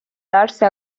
darse